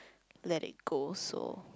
let it go so